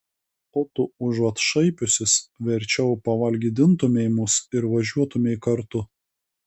o tu užuot šaipiusis verčiau pavalgydintumei mus ir važiuotumei kartu